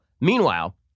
meanwhile